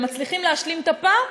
והם מצליחים להשלים את הפער,